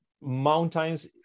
mountains